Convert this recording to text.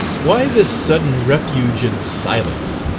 why this sudden refuge in silence?